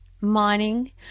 Mining